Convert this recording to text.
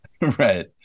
Right